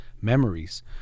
memories